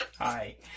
Hi